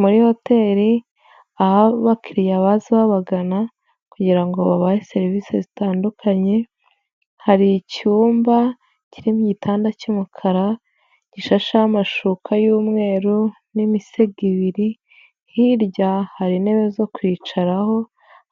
Muri hoteli aho abakiriya baza babagana kugira ngo babahe serivisi zitandukanye hari icyumba kirimo igitanda cy'umukara, gishasheho amashuka y'umweru n'imisego ibiri, hirya hari intebe zo kwicaraho,